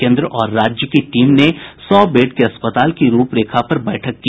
केंद्र और राज्य की टीम ने सौ बेड के अस्पताल की रूपरेखा पर बैठक की